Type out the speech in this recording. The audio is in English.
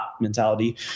mentality